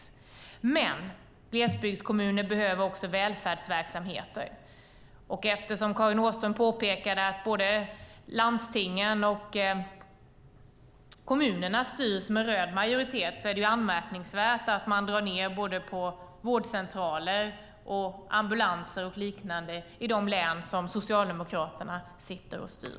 Men glesbygdskommuner behöver också välfärdsverksamheter. Karin Åström påpekade att både landstingen och kommunerna styrs med röd majoritet, och det är anmärkningsvärt att man drar ned både på vårdcentraler och ambulanser och liknande i de län som Socialdemokraterna styr.